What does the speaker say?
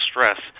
stress